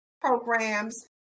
programs